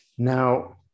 Now